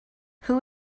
who